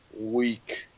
week